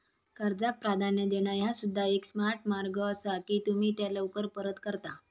कर्जाक प्राधान्य देणा ह्या सुद्धा एक स्मार्ट मार्ग असा की तुम्ही त्या लवकर परत करता